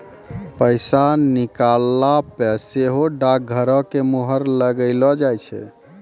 पैसा निकालला पे सेहो डाकघरो के मुहर लगैलो जाय छै